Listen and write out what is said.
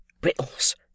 Brittles